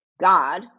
god